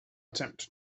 attempt